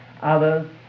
others